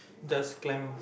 just climb